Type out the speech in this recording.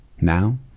Now